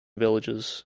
villages